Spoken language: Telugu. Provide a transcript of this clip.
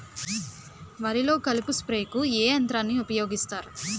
వరిలో కలుపు స్ప్రేకు ఏ యంత్రాన్ని ఊపాయోగిస్తారు?